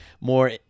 more